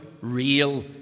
real